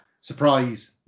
surprise